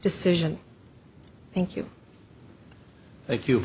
decision thank you thank you